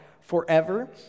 forever